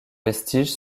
vestiges